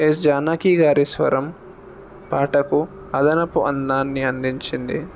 yes Janaki గారి స్వరం పాటకు అదనపు అందాన్ని అందించింది